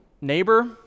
neighbor